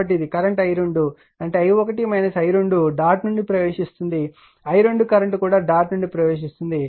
కాబట్టి ఇది current i2 అంటే i1 i2 డాట్ నుండి ప్రవేశిస్తుంది i2 కరెంట్ కూడా డాట్ నుండి ప్రవేశిస్తుంది